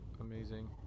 amazing